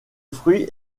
fruit